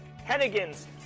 Hennigan's